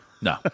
no